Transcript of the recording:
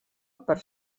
per